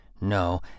No